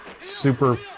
super